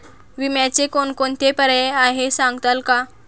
विम्याचे कोणकोणते पर्याय आहेत सांगाल का?